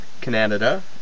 Canada